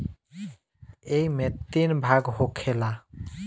ऐइमे तीन भाग होखेला